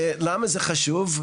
ולמה זה חשוב?